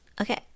Okay